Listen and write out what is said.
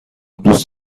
دوست